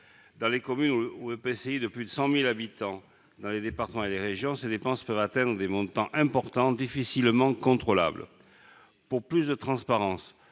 Dans les communes ou EPCI de plus de 100 000 habitants, dans les départements et les régions, ces frais peuvent atteindre des montants importants, difficilement contrôlables. Pour plus de transparence,